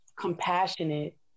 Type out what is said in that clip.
compassionate